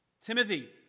Timothy